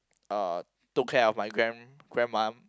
uh took care of my grand~ grandma